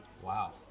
Wow